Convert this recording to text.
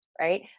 right